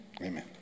Amen